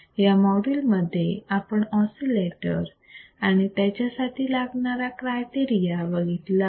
या मॉड्यूल मध्ये आपण ऑसिलेटर आणि त्याच्यासाठी लागणारा क्रायटेरिया बघितला आहे